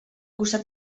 costat